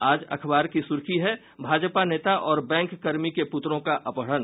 आज अखबार की सुर्खी है भाजपा नेता और बैंककर्मी के पुत्रों का अपहरण